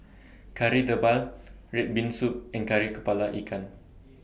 Kari Debal Red Bean Soup and Kari Kepala Ikan